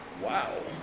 Wow